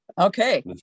Okay